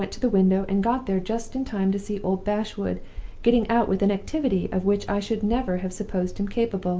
i went to the window, and got there just in time to see old bashwood getting out with an activity of which i should never have supposed him capable.